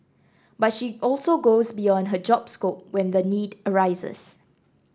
but she also goes beyond her job scope when the need arises